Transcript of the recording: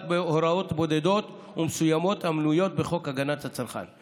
הוראות בודדות ומסוימות המנויות בחוק הגנת הצרכן.